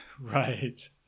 Right